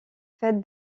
faites